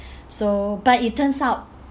so but it turns out